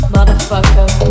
Motherfucker